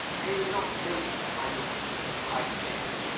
they will not know thee, my lord cried the chamberlain.